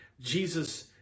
Jesus